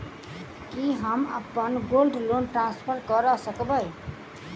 की हम अप्पन gold loan transfer करऽ सकबै?